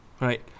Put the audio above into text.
right